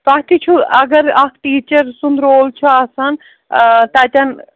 تۄہہِ تہِ چھُو اَگر اَکھ ٹیٖچَر سُنٛد رول چھُ آسان تَتٮ۪ن